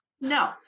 No